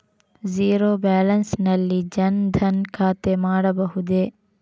Zero balance ನಲ್ಲಿ ಜನ್ ಧನ್ ಖಾತೆ ಮಾಡಬಹುದೇ?